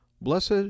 Blessed